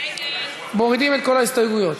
מורידים את כל ההסתייגויות.